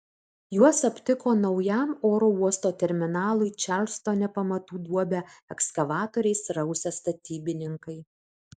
juos aptiko naujam oro uosto terminalui čarlstone pamatų duobę ekskavatoriais rausę statybininkai